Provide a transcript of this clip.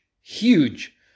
huge